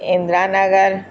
Indira Nagar